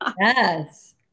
yes